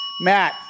Matt